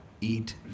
eat